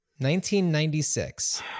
1996